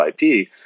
IP